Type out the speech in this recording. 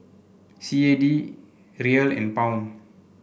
C A D Riel and Pound